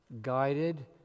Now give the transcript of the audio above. guided